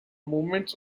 movements